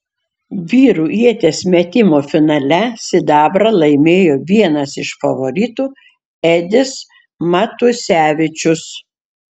vyrų ieties metimo finale sidabrą laimėjo vienas iš favoritų edis matusevičius